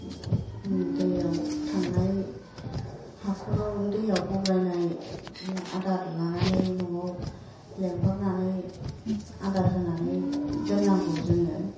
दैआव थांनाय हाख'राव दैआव गब्रायनाय आदार लानानै न'आव लेंहरनानै आदार होनानै दोननांगौ जोङो